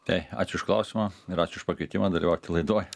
tai ačiū už klausimą ir ačiū už pakvietimą dalyvauti laidoj